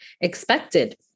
expected